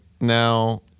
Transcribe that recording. now